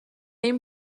این